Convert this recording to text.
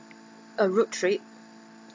a road trip